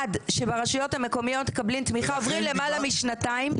עד שברשויות המקומיות מקבלים תמיכה עוברות למעלה משנתיים,